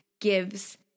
gives